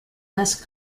less